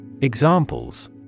Examples